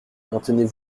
maintenez